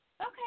Okay